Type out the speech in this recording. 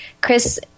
Chris